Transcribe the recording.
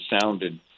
sounded